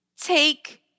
take